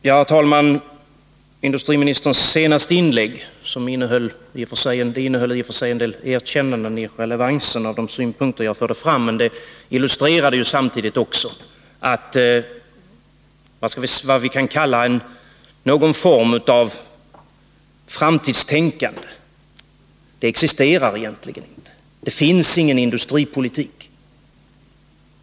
Herr talman! Industriministerns senaste inlägg, som i och för sig innehöll en del erkännanden av relevansen av de synpunkter jag förde fram, illustrerade ju samtidigt vad vi kan kalla en form av framtidstänkande. Men detta existerar egentligen inte. Det finns ingen industripolitik.